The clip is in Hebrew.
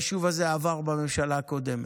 היישוב הזה עבר בממשלה הקודמת.